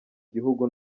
gihugu